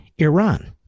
Iran